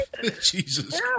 Jesus